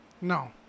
No